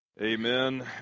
Amen